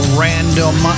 random